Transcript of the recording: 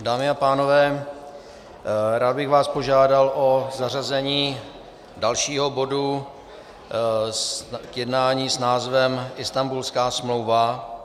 Dámy a pánové, rád bych vás požádal o zařazení dalšího bodu k jednání s názvem Istanbulská smlouva.